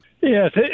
Yes